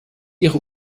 ihre